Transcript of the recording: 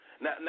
now